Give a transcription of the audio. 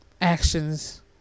actions